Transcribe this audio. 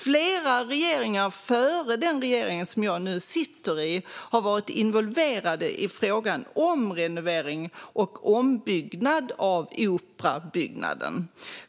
Flera regeringar före den regering som jag nu sitter i har varit involverade i frågan om renovering och ombyggnad av operabyggnaden.